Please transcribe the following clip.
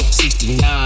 69